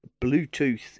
Bluetooth